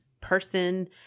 person